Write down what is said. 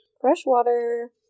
Freshwater